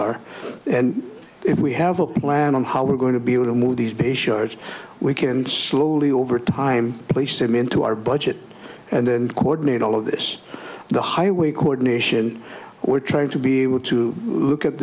are and if we have a plan on how we're going to be able to move these bay shirts we can slowly over time place them into our budget and then coordinate all of this the highway coordination we're trying to be able to look at